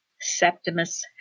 Septimus